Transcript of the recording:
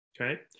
Okay